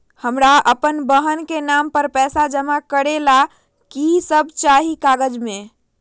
हमरा अपन बहन के नाम पर पैसा जमा करे ला कि सब चाहि कागज मे?